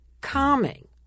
calming